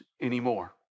anymore